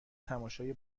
تماشای